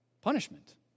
Punishment